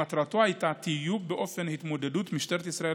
מטרתו הייתה טיוב אופן התמודדות משטרת ישראל